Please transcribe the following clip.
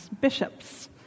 bishops